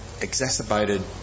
exacerbated